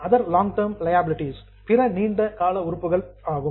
other long term liabilities பிற நீண்ட கால பொறுப்புகள் ஆகும்